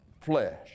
flesh